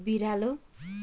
बिरालो